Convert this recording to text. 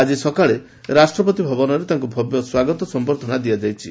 ଆଜି ସକାଳେ ରାଷ୍ଟ୍ରପତି ଭାବନରେ ତାଙ୍କୁ ଭବ୍ୟ ସ୍ୱାଗତ ସମ୍ଭର୍ଦ୍ଧନା ଦିଆଯାଇଛି